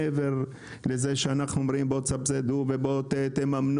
מעבר לזה שאנחנו אומרים בואו תסבסדו ותממנו,